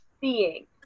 seeing